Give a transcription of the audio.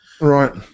Right